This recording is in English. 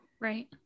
Right